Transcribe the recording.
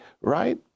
right